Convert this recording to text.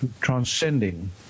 transcending